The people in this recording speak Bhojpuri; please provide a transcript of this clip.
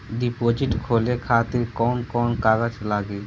डिपोजिट खोले खातिर कौन कौन कागज लागी?